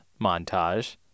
montage